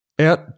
out